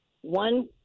one